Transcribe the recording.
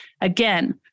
Again